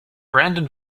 brandon